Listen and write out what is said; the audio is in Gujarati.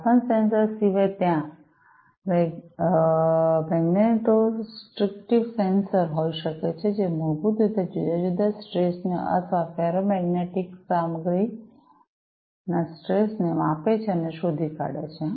તાપમાન સેન્સર સિવાય ત્યાં મેગ્નેટોસ્ટ્રિક્ટિવ સેન્સર હોઇ શકે છે જે મૂળભૂત રીતે જુદા જુદા સ્ટ્રેસને અથવા ફેરોમેગ્નેટિક સામગ્રીના સ્ટ્રેસ ને માપે છે અને શોધી કાઢે છે